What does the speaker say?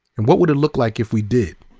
and what would it look like if we did?